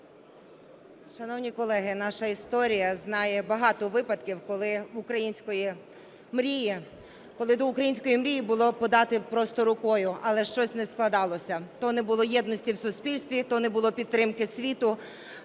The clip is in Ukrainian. Шановні колеги, наша історія знає багато випадків, коли до української мрії було подати просто рукою, але щось не складалося: то не було єдності в суспільстві, то не було підтримки світу,